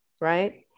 right